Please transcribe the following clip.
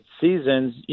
seasons